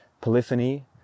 polyphony